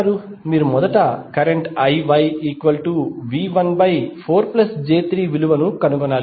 మీరు మొదట current IYV14j3 విలువను కనుగొనాలి